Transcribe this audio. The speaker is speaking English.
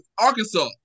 Arkansas